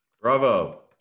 Bravo